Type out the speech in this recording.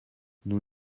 nous